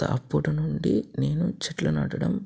అప్పటి నుండి నేను చెట్లు నాటడం